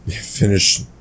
finish